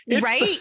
Right